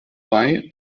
bei